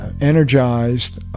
energized